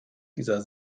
dieser